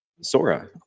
Sora